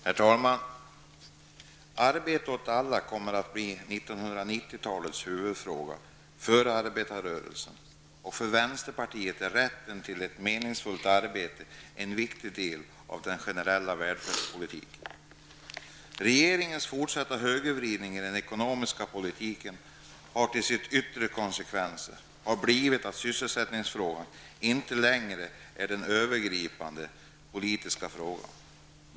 Herr talman! Arbete åt alla kommer att bli 1990 talets huvudfråga. För arbetarrörelsen och för vänsterpartiet är rätten till ett meningsfullt arbete en viktig del av den generella välfärdspolitiken. Regeringens fortsatta högervridning i den ekonomiska politiken har till sin yttersta konsekvens blivit att sysselsättningsfrågan inte längre är den övergripande politiska frågan.